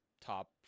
top